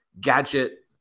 gadget